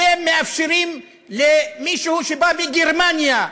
אתם מאפשרים למישהו שבא מגרמניה,